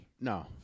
No